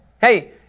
Hey